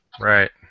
Right